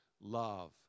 love